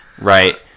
right